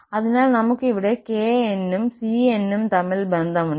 അതിനാൽ നമുക്ക് ഇവിടെ kn ഉം cn ഉം തമ്മിൽ ബന്ധം ഉണ്ട്